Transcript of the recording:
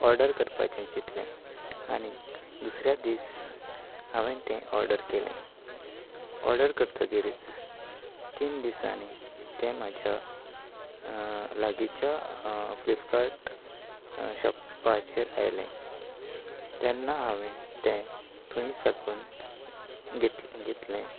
order करपाचें चिंतलें आनी दुसऱ्याच दीस हांवें तें ऑर्डर केलें ऑर्डर करतगीर तीन दिसांनी तें म्हाज्या लागींच्या फ्लिपकार्ट शॉपाचेर आयलें तेन्ना हावें तें थंय साकून घेतलें